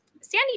sandy